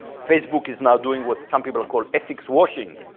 facebook is now doing what some people call ethics washing,